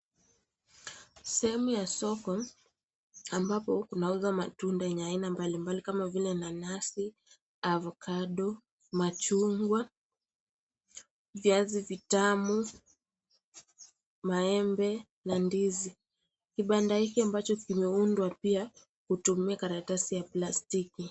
Sehemu ya soko ambapo kunauzwa matunda yenye aina mbalimbali kama vile nanasi, avocado machungwa , viazi vitamu, maembe na ndizi. Kibanda hiki ambacho kimeundwa pia kutumia karatasi ya plastiki.